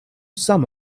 sum